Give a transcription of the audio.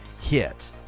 hit